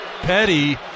petty